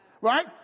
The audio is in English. Right